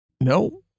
No